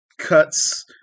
cuts